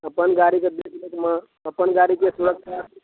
अपन गाड़ीके बीच बीचमे अपन गाड़ीके सुरक्षा